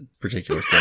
particular